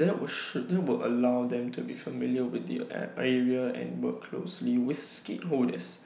that will should that will allow them to be familiar with the area and work closely with stakeholders